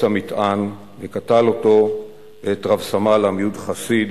המטען וקטל אותו ואת רב-סמל עמיהוד חסיד